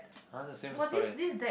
!huh! is the same story